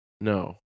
No